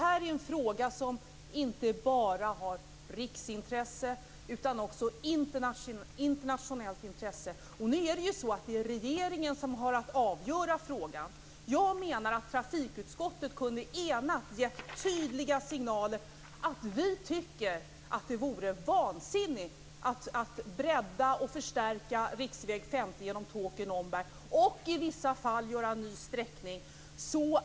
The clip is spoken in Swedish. Fru talman! Jag delar inte den uppfattningen. Det här är en fråga som inte bara har riksintresse utan också internationellt intresse. Och nu är det ju så att det är regeringen som har att avgöra frågan. Jag menar att ett enat trafikutskott kunde ha givit tydliga signaler om att vi tycker att det vore vansinnigt att bredda och förstärka riksväg 50 genom Tåkern och Omberg och i vissa fall göra en ny sträckning.